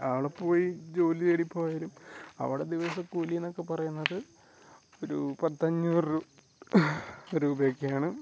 അവിടെ പോയി ജോലി തേടി പോയാലും അവിടെ ദിവസക്കൂലി എന്നൊക്കെ പറയുന്നത് ഒരു പത്തഞ്ഞൂറ് രൂപയൊക്കെയാണ്